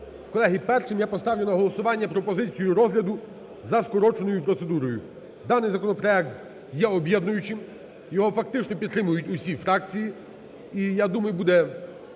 Колеги, першим я поставлю на голосування пропозицію розгляду за скороченою процедурою. Даний законопроект є об'єднуючим, його фактично підтримують усі фракції і я думаю, буде